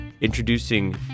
introducing